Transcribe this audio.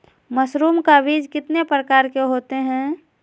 Mushroom का बीज कितने प्रकार के होते है?